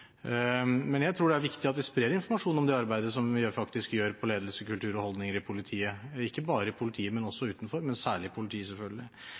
vi sprer informasjon om det arbeidet vi faktisk gjør når det gjelder ledelse, kultur og holdninger i politiet, og ikke bare i politiet, men også utenfor, men særlig i politiet, selvfølgelig.